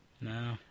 No